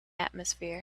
atmosphere